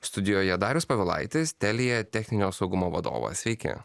studijoje darius povilaitis telija techninio saugumo vadovas sveiki